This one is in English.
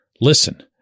listen